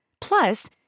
Plus